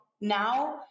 now